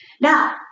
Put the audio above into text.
Now